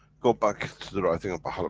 go back to the writing of baha'u'llah,